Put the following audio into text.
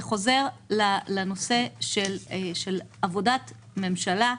זה חוזר לנושא של עבודת ממשלה,